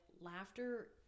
laughter